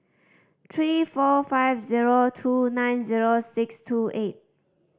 three four five zero two nine zero six two eight